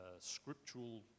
scriptural